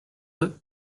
eux